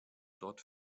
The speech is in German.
dort